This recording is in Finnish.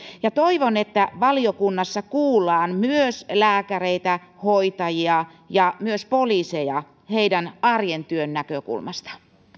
toivon että valiokunnassa kuullaan myös lääkäreitä hoitajia ja myös poliiseja heidän arkensa työn näkökulmasta